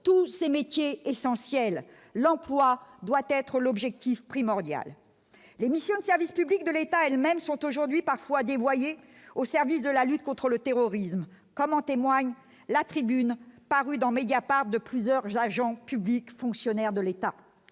tous ces métiers essentiels : l'emploi doit être l'objectif primordial, les missions de service public de l'État elles-mêmes sont aujourd'hui parfois dévoyée au service de la lutte contre le terrorisme, comme en témoigne la tribune parue dans Mediapart de plusieurs agents publics, fonctionnaires de l'État,